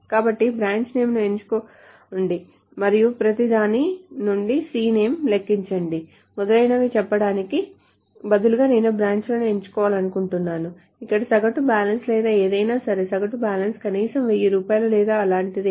కాబట్టి branch name ను ఎంచుకోండి మరియు ప్రతిదాని నుండి cname ను లెక్కించండి మొదలైనవి చెప్పడానికి బదులుగా నేను బ్రాంచ్లను ఎంచుకోవాలనుకుంటున్నాను ఇక్కడ సగటు బ్యాలెన్స్ లేదా ఏదైనా సరే సగటు బ్యాలెన్స్ కనీసం 1000 రూపాయలు లేదా అలాంటిదే